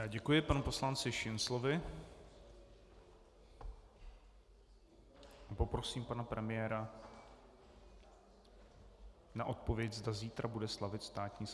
Děkuji panu poslanci Šinclovi a poprosím pana premiéra o odpověď, zda zítra bude slavit státní svátek.